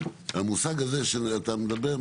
המושג זה שאתה מדבר,